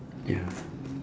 ya